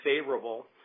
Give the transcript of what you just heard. favorable